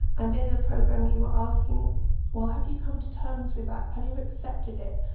and in the programme you were asking well have you come to terms with that, have you accepted it.